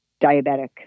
diabetic